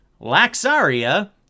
Laxaria